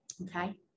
okay